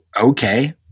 okay